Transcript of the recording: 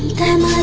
and